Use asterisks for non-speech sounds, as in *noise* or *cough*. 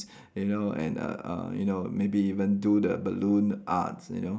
*noise* you know and uh uh you know maybe even do the balloon arts you know